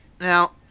Now